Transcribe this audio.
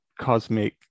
cosmic